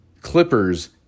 clippers